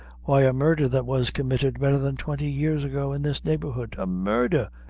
why, a murdher that was committed betther than twenty years ago in this neighborhood. a murdher!